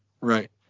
right